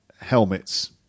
helmets